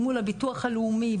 מול הביטוח הלאומי,